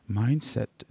mindset